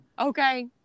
okay